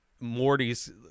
Morty's